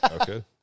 Okay